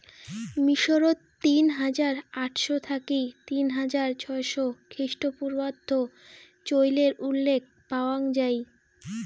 মিশরত তিন হাজার আটশ থাকি তিন হাজার ছয়শ খ্রিস্টপূর্বাব্দত চইলের উল্লেখ পাওয়াং যাই